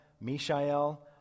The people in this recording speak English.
Mishael